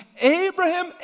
Abraham